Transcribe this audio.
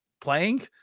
playing